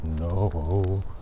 No